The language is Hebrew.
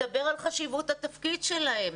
מדבר על חשיבות התפקיד שלהם.